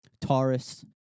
Taurus